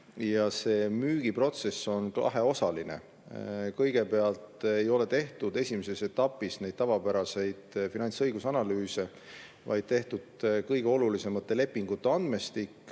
See müügiprotsess on kaheosaline. Kõigepealt ei ole tehtud esimeses etapis tavapäraseid finantsõigusanalüüse, vaid on kindlaks tehtud kõige olulisemate lepingute andmestik